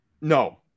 No